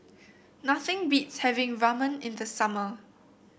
nothing beats having Ramen in the summer